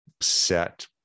set